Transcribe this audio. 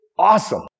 Awesome